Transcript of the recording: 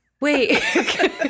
wait